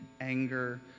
anger